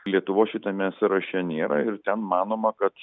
lietuvos šitame sąraše nėra ir ten manoma kad